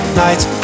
nights